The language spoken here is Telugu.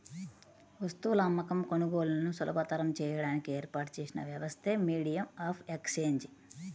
వస్తువుల అమ్మకం, కొనుగోలులను సులభతరం చేయడానికి ఏర్పాటు చేసిన వ్యవస్థే మీడియం ఆఫ్ ఎక్సేంజ్